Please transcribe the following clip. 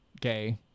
gay